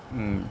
mm